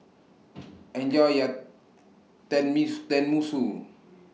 Enjoy your Tenmusu